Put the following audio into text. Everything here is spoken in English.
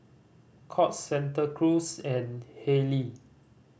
Courts Santa Cruz and Haylee